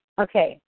Okay